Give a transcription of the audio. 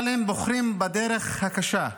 אבל הם בוחרים בדרך הקשה,